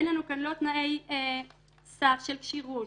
אין לנו כאן לא תנאי סף של כשירות,